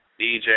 DJ